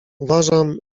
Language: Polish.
uważam